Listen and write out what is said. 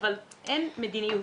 אבל אין מדיניות.